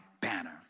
banner